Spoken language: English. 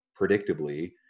predictably